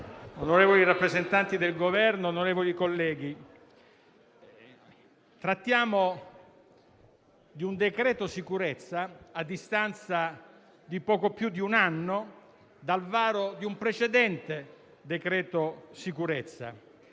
onorevoli rappresentanti del Governo, colleghi, trattiamo di un decreto-legge sicurezza a distanza di poco più di un anno dal varo di un precedente decreto-legge sicurezza.